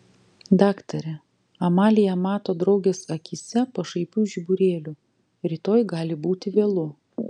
daktare amalija mato draugės akyse pašaipių žiburėlių rytoj gali būti vėlu